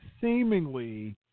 seemingly